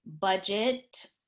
budget